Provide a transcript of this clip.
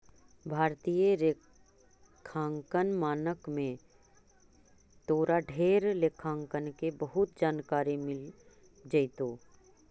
भारतीय लेखांकन मानक में तोरा ढेर लेखांकन के बहुत जानकारी मिल जाएतो